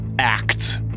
act